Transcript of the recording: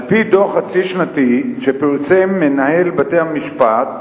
על-פי דוח חצי שנתי שפרסם מנהל בתי-המשפט,